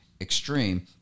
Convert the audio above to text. Extreme